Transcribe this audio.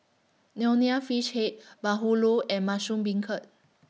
Nonya Fish Head Bahulu and Mushroom Beancurd